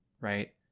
right